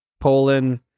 Poland